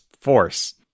force